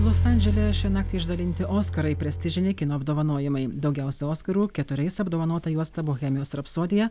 los andžele šią naktį išdalinti oskarai prestižiniai kino apdovanojimai daugiausiai oskarų keturiais apdovanota juosta bohemijos rapsodija